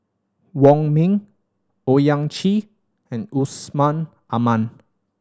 Wong Ming Owyang Chi and Yusman Aman